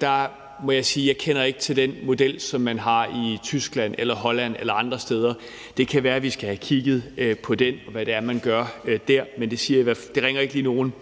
Der må jeg sige, at jeg ikke kender til den model, som man har i Tyskland eller i Holland eller andre steder, men det kan være, vi skal have kigget på den, og hvad man gør der, men der er ikke lige nogen